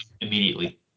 Immediately